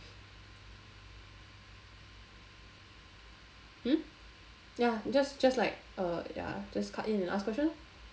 hmm ya just just like uh ya just cut in and ask question lor